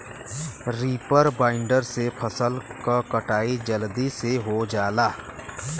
reaper binder से फसल क कटाई जलदी से हो जाला